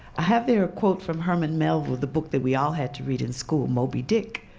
i have there a quote from herman melville, the book that we all had to read in school, moby dick,